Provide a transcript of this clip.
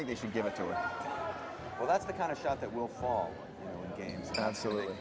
think they should give it to us well that's the kind of shot that will fall games absolutely